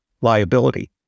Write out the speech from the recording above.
liability